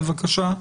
בבקשה,